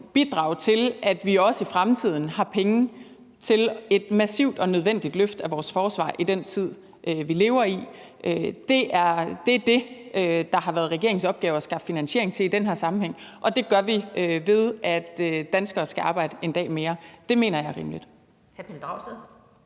bidrage til, at vi også i fremtiden har penge til et massivt og nødvendigt løft af vores forsvar i den tid, vi lever i. Det er det, der har været regeringens opgave at skaffe finansiering til i den her sammenhæng, og det gør vi, ved at danskerne skal arbejde en dag mere. Det mener jeg er rimeligt.